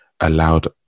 allowed